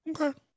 Okay